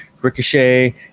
Ricochet